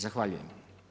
Zahvaljujem.